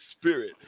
spirit